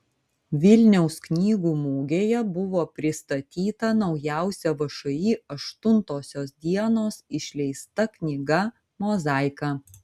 vilniaus knygų mugėje buvo pristatyta naujausia všį aštuntosios dienos išleista knyga mozaika